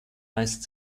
meist